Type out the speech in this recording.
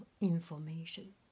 information